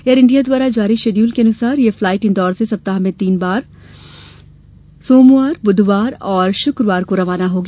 air India द्वारा जारी schedule के अनुसार यह फ्लाइट इंदौर से सप्ताह में तीन दिन सोमवार बुधवार और शुक्रवार को रवाना होगी